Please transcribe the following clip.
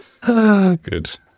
Good